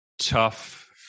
tough